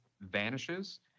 vanishes